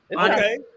Okay